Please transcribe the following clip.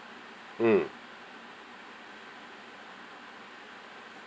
mm